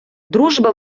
дружба